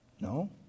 No